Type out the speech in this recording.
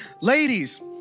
Ladies